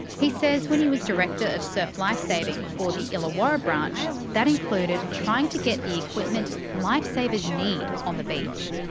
he says when he was director of surf life saving for the illawarra branch, that included trying to get the equipment lifesavers need on the beach.